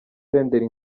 senderi